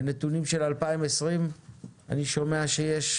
מנתונים של 2020 אני שומע שיש